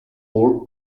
all